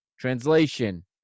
Translation